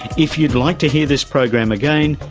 if you'd like to hear this program again,